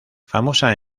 famosa